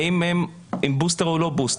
האם הם עם בוסטר או לא בוסטר?